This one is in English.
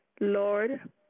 Lord